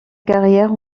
carrière